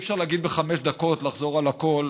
ואי-אפשר להגיד ולחזור בחמש דקות על הכול,